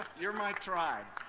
you're my tribe.